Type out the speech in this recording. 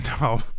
no